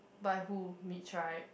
by who Mitch right